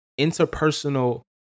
interpersonal